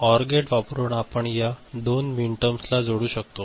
तर OR gate वापरून आपण या दोन मिनटर्म्स ला जोडू शकतो